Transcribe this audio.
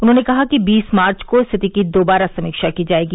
उन्होंने कहा कि बीस मार्च को स्थिति की दोबारा समीक्षा की जायेगी